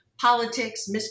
politics